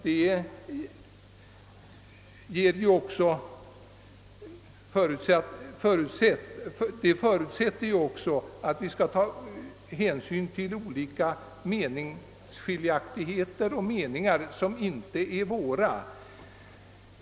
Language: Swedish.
Detta förutsätter att vi även skall ta hänsyn till meningar som är olika våra egna.